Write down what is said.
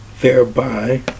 thereby